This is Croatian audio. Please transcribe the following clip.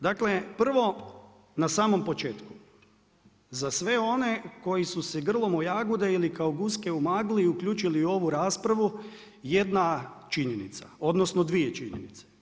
Dakle, prvo na samom početku, za sve one koji su se grlom o jagode ili kao guske u magli uključili u ovu raspravu, jedna činjenica, odnosno 2 činjenice.